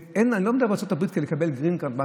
אני לא אומר מה צריך לעשות בשביל לקבל גרין קארד לארצות הברית,